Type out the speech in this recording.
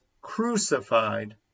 crucified